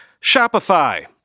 Shopify